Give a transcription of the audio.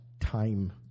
time